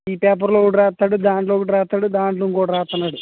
ఈ పేపర్లో ఒకటి రాస్తాడు దాంట్లో ఒకటి రాస్తాడు దాంట్లో ఇంకోటి రాస్తున్నాడు